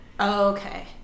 okay